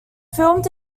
filmed